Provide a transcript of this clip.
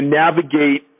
navigate